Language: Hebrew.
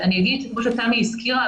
כמו שתמי הזכירה,